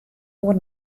oer